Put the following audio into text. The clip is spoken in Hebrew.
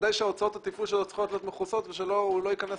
ודאי שהוצאות התפעול שלו צריכות להיות מכוסות ושהוא לא ייכנס